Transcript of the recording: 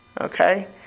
Okay